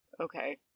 Okay